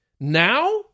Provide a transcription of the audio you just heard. now